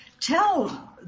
tell